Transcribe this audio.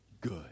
good